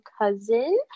cousin